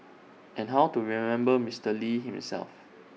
and how to remember Mister lee himself